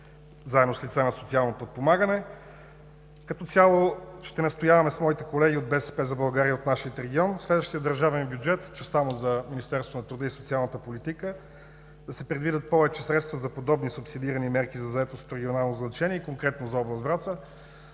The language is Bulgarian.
заедно с лица на социално подпомагане. Като цяло ще настояваме с моите колеги от „БСП за България“ от нашия регион в следващия държавен бюджет в частта му за Министерството на труда и социалната политика да се предвидят повече средства за подобно субсидиране на мерки за заетост от регионално значение и конкретно за област Враца,